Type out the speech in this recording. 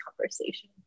conversation